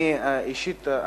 אני מציע,